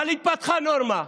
אבל התפתחה נורמה.